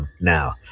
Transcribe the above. now